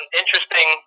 interesting